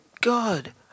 god